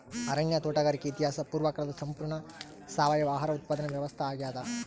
ಅರಣ್ಯ ತೋಟಗಾರಿಕೆ ಇತಿಹಾಸ ಪೂರ್ವಕಾಲದ ಸಂಪೂರ್ಣ ಸಾವಯವ ಆಹಾರ ಉತ್ಪಾದನೆ ವ್ಯವಸ್ಥಾ ಆಗ್ಯಾದ